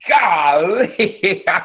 golly